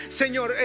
señor